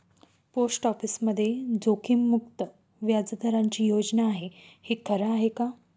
Post ऑफिसमध्ये जोखीममुक्त व्याजदराची योजना आहे, हे खरं आहे का?